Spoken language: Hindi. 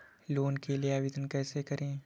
लोन के लिए आवेदन कैसे करें?